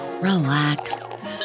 Relax